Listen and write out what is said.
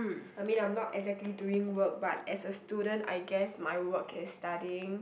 I mean I'm not exactly doing work but as a student I guess my work is studying